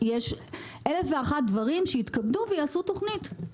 יש 1001 דברים שיתכבדו ויעשו תוכנית.